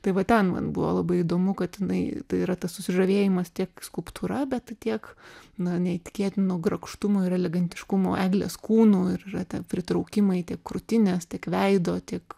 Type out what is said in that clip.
tai va ten man buvo labai įdomu kad jinai tai yra tas susižavėjimas tiek skulptūra bet tiek na neįtikėtino grakštumo ir elegantiškumo eglės kūnu ir yra tie pritraukimai ti ekrūtinės tiek veido tiek